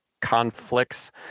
conflicts